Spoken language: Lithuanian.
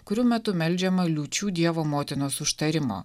kurių metu meldžiama liūčių dievo motinos užtarimo